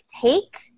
take